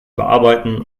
bearbeiten